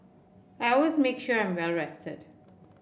I always make sure I am well rested